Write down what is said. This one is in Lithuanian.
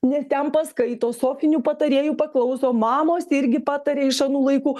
nes ten paskaito sofinių patarėjų paklauso mamos irgi patarė iš anų laikų